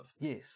yes